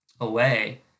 away